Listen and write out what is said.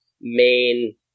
main